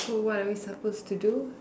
so what are we supposed to do